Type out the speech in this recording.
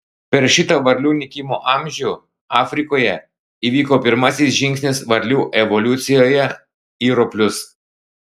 per šitą varlių nykimo amžių afrikoje įvyko pirmasis žingsnis varlių evoliucijoje į roplius